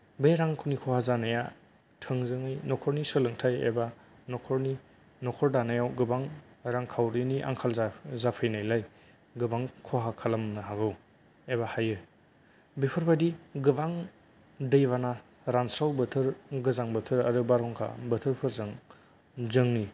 बे रांफोरनि खहा जानाया थोंजोङै नखरनि सोलोंथाइ एबा न'खरनि नखर दानायाव गोबां रांखावरिनि आंखाल जा जाफैनायलाय गोबां खहा खालामनो हागौ एबा हायो बेफोरबायदि गोबां दैबाना रानस्राव बोथोर गोजां बोथोर आरो बारहुंखा बोथोरफोरजों जोंनि